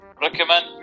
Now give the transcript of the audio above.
recommend